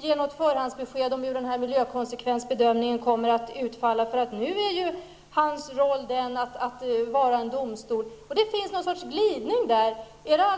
ge några förhandsbesked om hur miljökonsekvensbedömningen kommer att utfalla, för nu är hans roll att vara en domstol. Det finns en sorts glidning där.